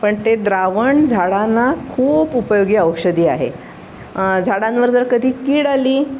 पण ते द्रावण झाडांना खूप उपयोगी औषधी आहे झाडांवर जर कधी कीड आली